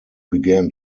began